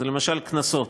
זה, למשל, קנסות.